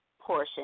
portion